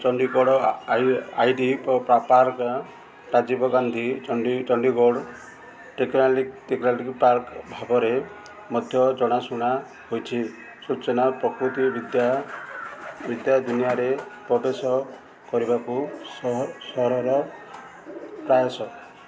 Chandigarh I T park Rajiv Gandhi Chandigarh park ଭାବରେ ମଧ୍ୟ ଜଣାଶୁଣା ହୋଇଛି ସୂଚନା ପ୍ରକୁକ୍ତି ବିଦ୍ୟା ବିଦ୍ୟା ଦୁନିଆରେ ପ୍ରବେଶ କରିବାକୁ ସହରର ପ୍ରୟାସ